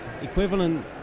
equivalent